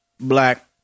Black